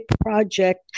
project